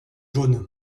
jaune